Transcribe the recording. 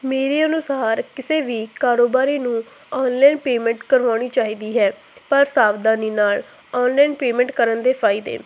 ਮੇਰੇ ਅਨੁਸਾਰ ਕਿਸੇ ਵੀ ਕਾਰੋਬਾਰੀ ਨੂੰ ਔਨਲਾਈਨ ਪੇਮੈਂਟ ਕਰਵਾਉਣੀ ਚਾਹੀਦੀ ਹੈ ਪਰ ਸਾਵਧਾਨੀ ਨਾਲ ਆਨਲਾਈਨ ਪੇਮੈਂਟ ਕਰਨ ਦੇ ਫ਼ਾਇਦੇ